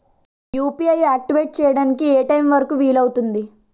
UPI activate చెయ్యడానికి ఏ time వరుకు వీలు అవుతుంది?